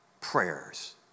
Prayers